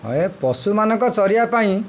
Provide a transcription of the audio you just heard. ପଶୁମାନଙ୍କ ଚରିବା ପାଇଁ